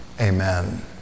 Amen